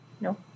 No